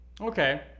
Okay